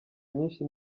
nyinshi